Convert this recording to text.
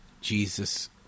Jesus